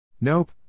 Nope